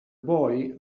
boy